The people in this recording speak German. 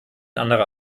anderer